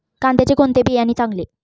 कांद्याचे कोणते बियाणे चांगले?